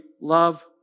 love